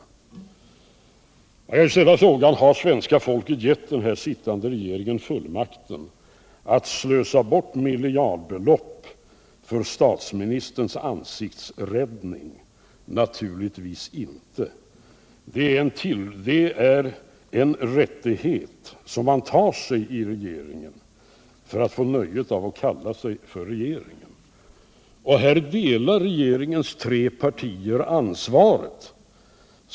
Jag ställer frågan: Har svenska folket gett den sittande regeringen fullmakt att slösa bort miljardbelopp för statsministerns ansiktsräddning? Naturligtvis inte. Det ären rättighet som man tar sig i regeringen för att få nöjet att kalla sig regering. Här delar regeringens tre partier ansvaret.